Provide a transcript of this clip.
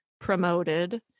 promoted